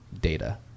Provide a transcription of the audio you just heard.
data